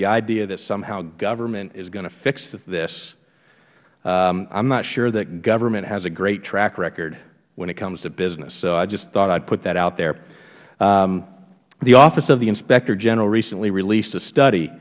the idea that somehow government is going to fix this i am not sure that government has a great track record when it comes to business so i just thought i would put that out there the office of the inspector general recently released a study